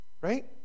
Right